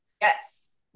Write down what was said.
Yes